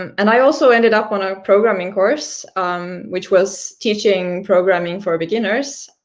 um and i also ended up on a programming course which was teaching programming for beginners,